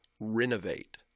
renovate